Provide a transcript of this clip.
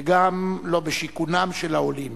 וגם לא בשיכונם של העולים.